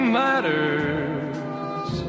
matters